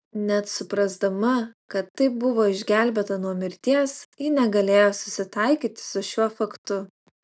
net suprasdama kad taip buvo išgelbėta nuo mirties ji negalėjo susitaikyti su šiuo faktu